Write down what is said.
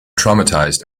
traumatized